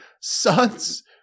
Sons